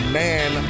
man